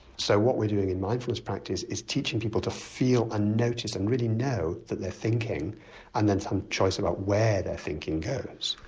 so what we're doing in mindfulness practice is teaching people to feel, and ah notice, and really know that they're thinking and then some choice about where their thinking goes.